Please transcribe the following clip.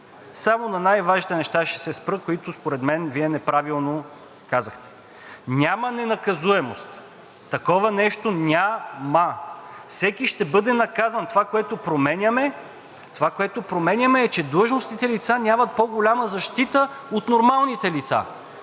Само на най важните неща ще се спра, които според мен Вие неправилно казахте. Няма ненаказуемост. Такова нещо няма! Всеки ще бъде наказан. Това, което променяме, е, че длъжностните лица нямат по голяма защита от нормалните лица,